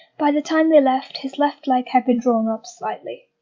by the time they left, his left leg had been drawn up slightly.